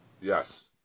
Yes